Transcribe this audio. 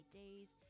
days